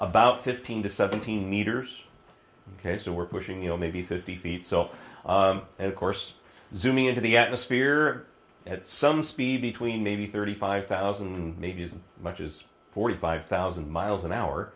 about fifteen to seventeen meters ok so we're pushing you know maybe fifty feet so of course zooming into the atmosphere at some speed between maybe thirty five thousand maybe as much as forty five thousand miles an hour